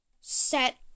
set